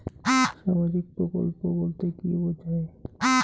সামাজিক প্রকল্প বলতে কি বোঝায়?